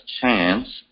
chance